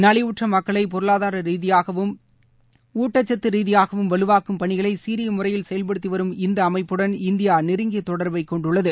நலிவுற்ற மக்களை பொருளாதார ரீதியாகவும் ஊட்டச்சத்து ரீதியாகவும் வலுவாக்கும் பணிகளை சீரிய முறையில் செயல்படுத்தி வரும் இந்த அமைப்புடன் இந்தியா நெருங்கிய தொடர்பை கொண்டுள்ளது